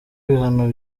ibihano